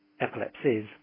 epilepsies